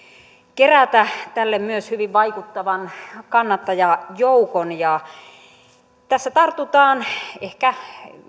kerätä tälle hyvin vaikuttavan kannattajajoukon tässä tartutaan ehkä